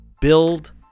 build